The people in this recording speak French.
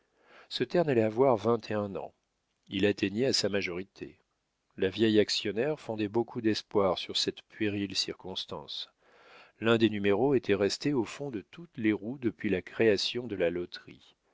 ce terne allait avoir vingt et un ans il atteignait à sa majorité la vieille actionnaire fondait beaucoup d'espoir sur cette puérile circonstance l'un des numéros était resté au fond de toutes les roues depuis la création de la loterie